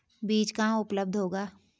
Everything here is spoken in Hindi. बीज कहाँ उपलब्ध होगा?